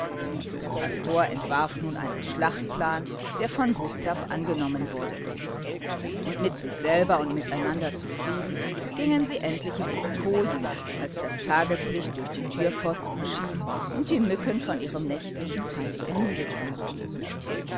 der pastor entwarf nun einen schlachtplan der von gustav angenommen wurde und mit sich selber und miteinander zufrieden gingen sie endlich in ihre kojen als das tageslicht durch die türpfosten schien und die mücken von ihrem nächtlichen tanz ermüdet waren